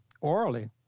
orally